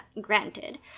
granted